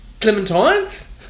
Clementines